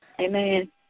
amen